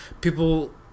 people